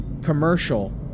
commercial